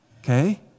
Okay